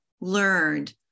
learned